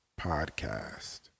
podcast